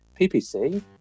PPC